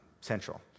central